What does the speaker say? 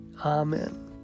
Amen